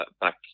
back